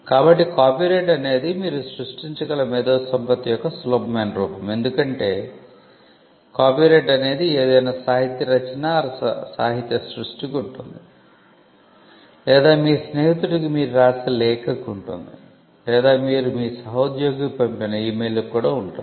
కాబట్టి కాపీరైట్ అనేది మీరు సృష్టించగల మేధోసంపత్తి యొక్క సులభమైన రూపం ఎందుకంటే కాపీరైట్ అనేది ఏదైనా సాహిత్య రచనసృష్టికి ఉంటుంది లేదా మీ స్నేహితుడికి మీరు వ్రాసే లేఖకు ఉంటుంది లేదా మీరు మీ సహోద్యోగికి పంపిన ఈ మెయిల్ కు కూడా ఉంటుంది